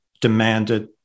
demanded